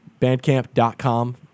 bandcamp.com